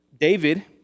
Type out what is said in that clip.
David